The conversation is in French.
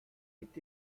est